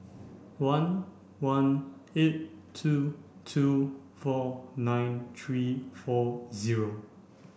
one one eight two two four nine three four zero